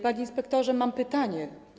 Panie inspektorze, mam pytanie.